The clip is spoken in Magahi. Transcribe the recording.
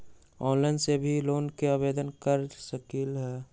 ऑनलाइन से भी लोन के आवेदन कर सकलीहल?